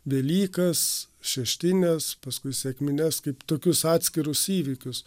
velykas šeštines paskui sekmines kaip tokius atskirus įvykius